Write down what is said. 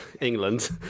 England